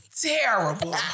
Terrible